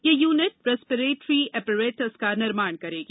यह unit respiratory apparatus का निर्माण करेगी